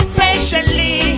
patiently